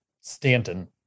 Stanton